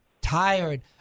tired